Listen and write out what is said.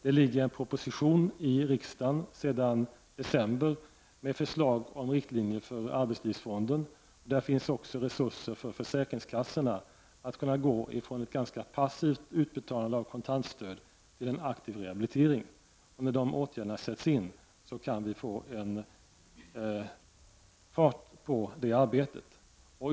Det ligger en proposition i riksdagen sedan december med förslag om riktlinjer för arbetslivsfonden, och där finns också resurser för försäkringskassorna att kunna gå från ett ganska passivt utbetalande av kontantstöd till en aktiv rehabilitering. När de åtgärderna sätts in kan vi få fart på det arbetet.